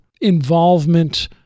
involvement